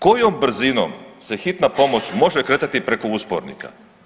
Kojom brzinom se hitna pomoć može kretati preko uspornika?